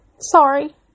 sorry